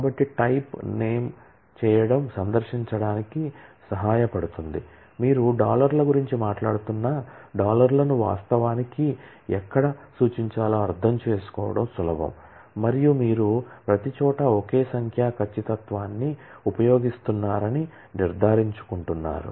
కాబట్టి type name చేయడం సందర్శించడానికి సహాయపడుతుంది మీరు డాలర్ల గురించి మాట్లాడుతున్న డాలర్లను వాస్తవానికి ఎక్కడ సూచించాలో అర్థం చేసుకోవడం సులభం మరియు మీరు ప్రతిచోటా ఒకే సంఖ్యా ఖచ్చితత్వాన్ని ఉపయోగిస్తున్నారని నిర్ధారించుకుంటున్నారు